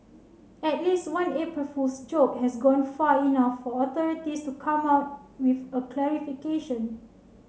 at least one April Fool's joke has gone far enough for authorities to come out with a clarification